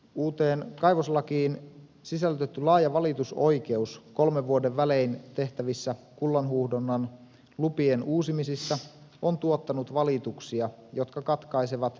uuteen kaivoslakiin sisällytetty laaja valitusoikeus kolmen vuoden välein tehtävissä kullanhuuhdonnan lupien uusimisissa on tuottanut valituksia jotka katkaisevat kullanhuuhtojien toiminnan